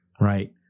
Right